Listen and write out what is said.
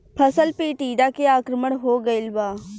फसल पे टीडा के आक्रमण हो गइल बा?